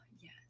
yes